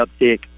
uptick